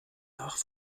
nach